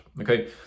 okay